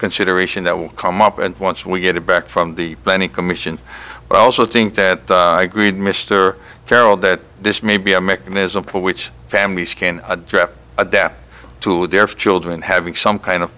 consideration that will come up and once we get it back from the many commission i also think that greed mr carroll that this may be a mechanism for which families can address adapt to their children having some kind of